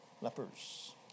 Lepers